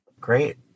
Great